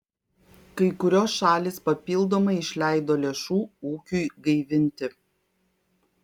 kai kurios šalys papildomai išleido lėšų ūkiui gaivinti